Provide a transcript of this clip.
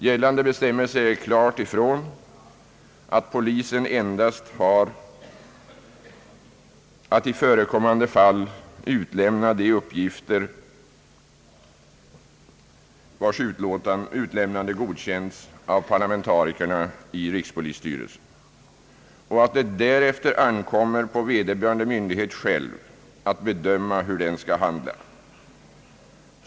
Gällande bestämmelser säger klart ifrån att polisen endast har att i förekommande fall utlämna de uppgifter, vilkas utlämnande godkänts av parlamentarikerna i rikspolisstyrelsen, och att det därefter ankommer på vederbörande myndighet själv att bedöma hur den skall handla.